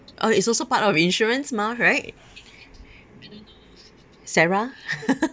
oh it's also part of insurance mah right sarah